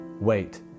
wait